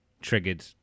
triggered